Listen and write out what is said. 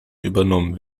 übernommen